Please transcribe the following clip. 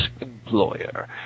employer